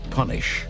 punish